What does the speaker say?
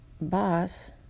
boss